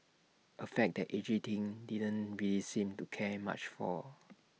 A fact that edgy teen didn't really seem to care much for